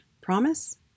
Promise